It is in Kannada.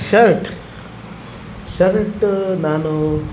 ಶರ್ಟ್ ಶರ್ಟ್ ನಾನು